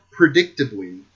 predictably